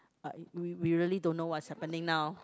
are we we really don't know what is happening now